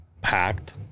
Packed